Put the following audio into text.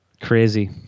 crazy